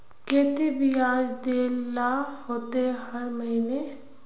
केते बियाज देल ला होते हर महीने?